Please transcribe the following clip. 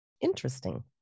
Interesting